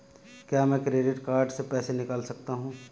क्या मैं credit card से पैसे निकाल सकता हूँ?